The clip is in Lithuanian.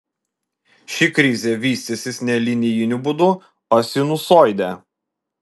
ši krizė vystysis ne linijiniu būdu o sinusoide